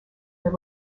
the